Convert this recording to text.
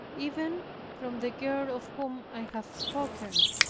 even from the girl of whom i have spoken.